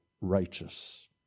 righteous